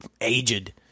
aged